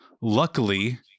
luckily